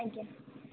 ଆଜ୍ଞା